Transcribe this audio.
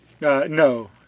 No